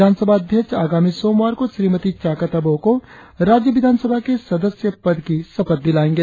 विधानसभा अध्यक्ष आगामी सोमवार को श्रीमती चाकत अबोह को राज्य विधानसभा के सदस्य पद की शपथ दिलाएंगे